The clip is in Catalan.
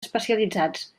especialitzats